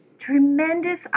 tremendous